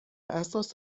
اساس